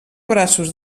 braços